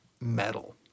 metal